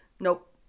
Nope